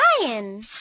Ryan